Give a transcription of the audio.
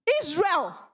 Israel